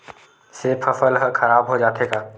से फसल ह खराब हो जाथे का?